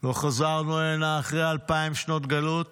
לא חזרנו הנה אחרי אלפיים שנות גלות